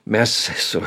mes su